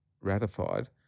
ratified